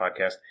podcast